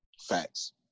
Facts